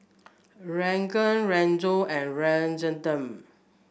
Ranga Rajat and Rajaratnam